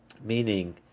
Meaning